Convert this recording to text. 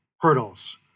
hurdles